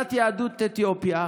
קליטת יהדות אתיופיה.